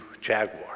Jaguar